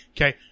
Okay